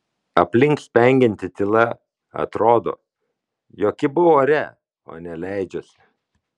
aplink spengianti tyla atrodo jog kybau ore o ne leidžiuosi